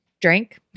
drink